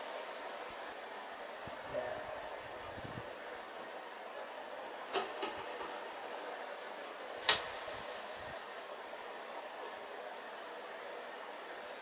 ya